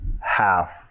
half